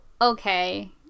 okay